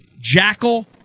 Jackal